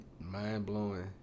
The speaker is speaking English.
mind-blowing